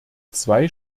zwei